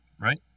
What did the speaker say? Right